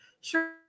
Sure